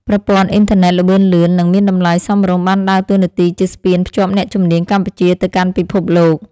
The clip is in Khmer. ប្រព័ន្ធអ៊ីនធឺណិតល្បឿនលឿន និងមានតម្លៃសមរម្យបានដើរតួនាទីជាស្ពានភ្ជាប់អ្នកជំនាញកម្ពុជាទៅកាន់ពិភពលោក។